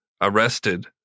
arrested